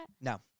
No